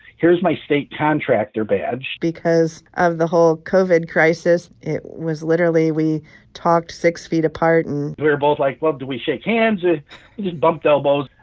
here's my state contractor badge because of the whole covid crisis, it was literally, we talked six feet apart and. we were both, like, well, do we shake hands? we yeah bumped elbows.